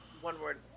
one-word